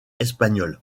espagnol